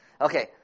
okay